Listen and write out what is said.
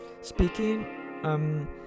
speaking